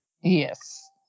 Yes